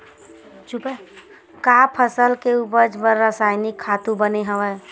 का फसल के उपज बर रासायनिक खातु बने हवय?